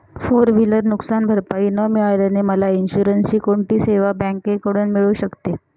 Four wheeler नुकसानभरपाई न मिळाल्याने मला इन्शुरन्सची कोणती सेवा बँकेकडून मिळू शकते?